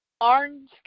Orange